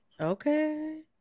Okay